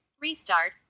Restart